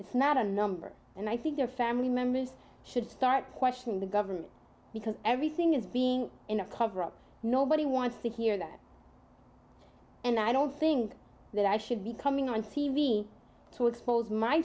it's not a number and i think their family members should start questioning the government because everything is being in a cover up nobody wants to hear that and i don't think that i should be coming on t v to expose my